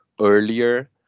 earlier